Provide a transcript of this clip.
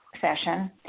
session